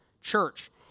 church